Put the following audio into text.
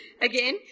again